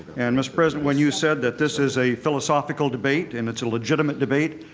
and, mr. president, when you said that this is a philosophical debate and it's a legitimate debate,